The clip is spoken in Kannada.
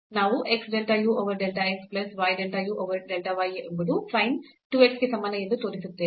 ಮತ್ತು ನಂತರ ನಾವು x del u over del x plus y del u over del y ಎಂಬುದು sin 2 x ಗೆ ಸಮಾನ ಎಂದು ತೋರಿಸುತ್ತೇವೆ